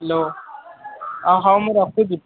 hello ଓ ହଉ ମୁଁ ରଖୁଛି